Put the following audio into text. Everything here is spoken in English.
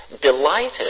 delighted